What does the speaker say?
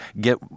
get